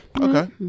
Okay